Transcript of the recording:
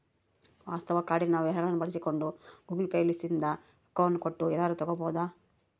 ವಾಸ್ತವ ಕಾರ್ಡಿನ ವಿವರಗಳ್ನ ಬಳಸಿಕೊಂಡು ಗೂಗಲ್ ಪೇ ಲಿಸಿಂದ ರೊಕ್ಕವನ್ನ ಕೊಟ್ಟು ಎನಾರ ತಗಬೊದು